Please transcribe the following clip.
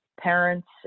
parents